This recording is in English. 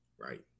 Right